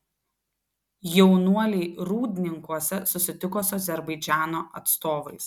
jaunuoliai rūdninkuose susitiko su azerbaidžano atstovais